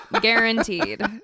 Guaranteed